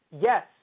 Yes